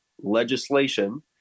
legislation